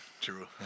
true